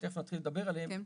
שתכף נתחיל לדבר עליהם,